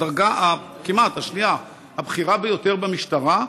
הדרגה השנייה הבכירה ביותר במשטרה,